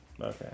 Okay